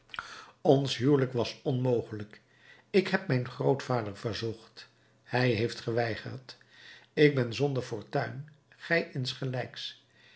ons huwelijk was onmogelijk ik heb mijn grootvader verzocht hij heeft geweigerd ik ben zonder fortuin gij insgelijks